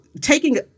taking